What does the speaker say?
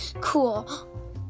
cool